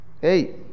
Hey